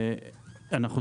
אנחנו,